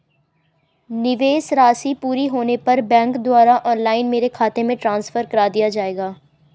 निवेश राशि पूरी होने पर बैंक द्वारा ऑनलाइन मेरे खाते में ट्रांसफर कर दिया जाएगा?